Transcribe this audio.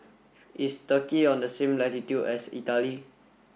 is Turkey on the same latitude as Italy